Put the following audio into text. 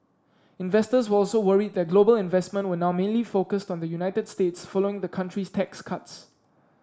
investors were also worried that global investment would now mainly focused on the United States following the country's tax cuts